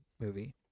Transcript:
movie